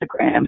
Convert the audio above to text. Instagram